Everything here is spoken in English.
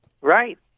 Right